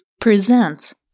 presents